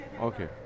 okay